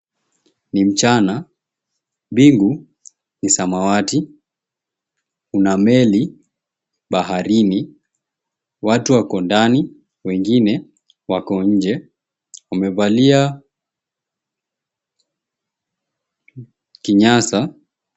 Ni mchana, mbingu ni samawati kuna meli baharini watu wako ndani wengine wako nje wamevalia kinyasa.